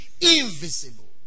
invisible